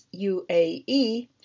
UAE